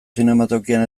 zinematokian